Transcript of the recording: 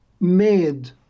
made